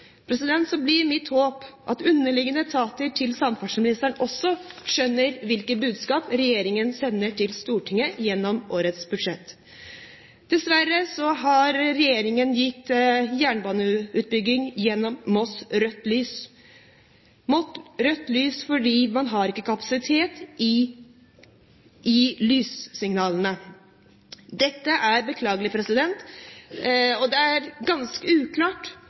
blir mitt håp at samferdselsministerens underliggende etater skjønner hvilket budskap regjeringen sender Stortinget gjennom årets budsjett. Dessverre har regjeringen gitt jernbaneutbygging gjennom Moss rødt lys – rødt lys fordi man ikke har kapasitet i lyssignalene. Dette er beklagelig, og det er ganske uklart